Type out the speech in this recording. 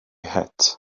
het